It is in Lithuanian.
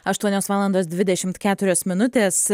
aštuonios valandos dvidešimt keturios minutės